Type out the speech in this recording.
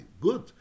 Good